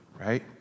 right